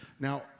Now